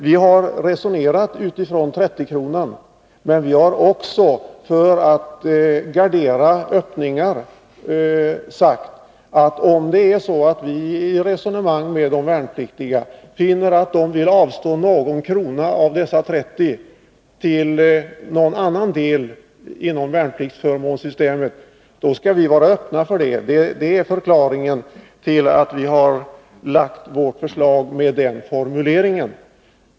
Vi har resonerat utifrån 30-kronan, men vi har också, för att gardera öppningar, sagt att om vi i resonemang med de värnpliktiga finner att de vill avstå någon krona av dessa 30 till någon annan del inom värnpliktsförmånssystemet skall vi vara öppna för det. Det är förklaringen till att vi har givit vårt förslag den formuleringen.